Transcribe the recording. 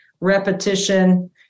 repetition